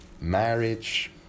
marriage